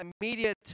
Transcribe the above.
immediate